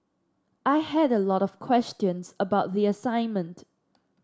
I had a lot of questions about the assignment